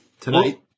Tonight